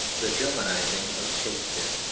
the germanising of shakespeare.